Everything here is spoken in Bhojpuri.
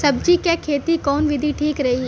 सब्जी क खेती कऊन विधि ठीक रही?